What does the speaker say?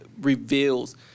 reveals